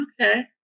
okay